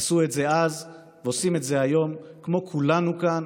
עשו את זה אז ועושים את זה היום, כמו כולנו כאן.